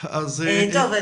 טוב,